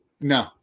No